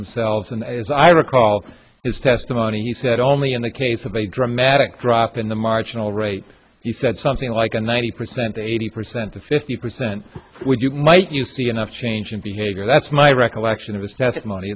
themselves and as i recall his testimony he said only in the case of a dramatic drop in the marginal rate you said something like a ninety percent eighty percent to fifty percent would you might you see enough change in behavior that's my recollection of his testimony